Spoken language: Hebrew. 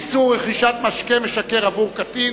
איסור רכישת משקה משכר עבור קטין).